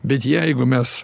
bet jeigu mes